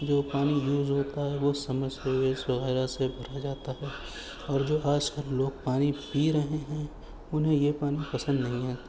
جو پانی یوز ہوتا ہے وہ سمرسیولس وغیرہ سے بھرا جاتا ہے اور جو آج کل لوگ پانی پی رہے ہیں انہیں یہ پانی پسند نہیں آتا